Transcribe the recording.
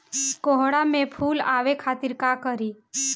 कोहड़ा में फुल आवे खातिर का करी?